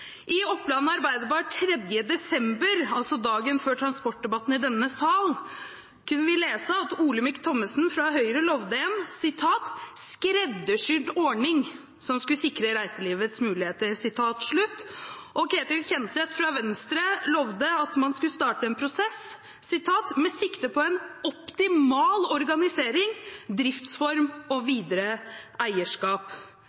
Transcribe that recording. I Oppland Arbeiderblad 3. desember, dagen før transportdebatten i denne sal, kunne vi lese at Olemic Thommessen fra Høyre lovet en «skreddersydd» ordning som skulle sikre reiselivets muligheter. Ketil Kjenseth fra Venstre lovet at man skulle starte en prosess «med sikte på optimal organisering, driftsform og videre eierskap».